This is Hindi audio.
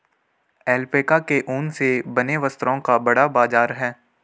ऐल्पैका के ऊन से बने वस्त्रों का बड़ा बाजार है